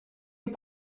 est